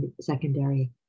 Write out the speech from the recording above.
secondary